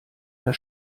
der